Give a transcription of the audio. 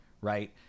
Right